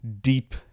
deep